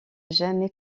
jamais